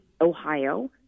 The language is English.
Ohio